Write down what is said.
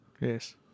Yes